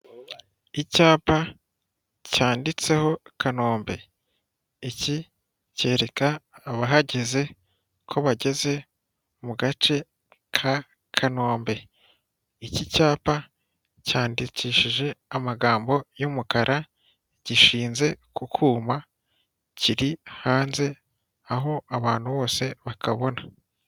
Icyapa cyanditseho Kanombe, iki cyereka abahageze ko bageze mu gace ka Kanombe, iki cyapa cyandikishije amagambo y'umukara gishinze ku kuma, kiri hanze aho abantu bose bakabona.